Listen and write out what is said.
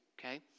okay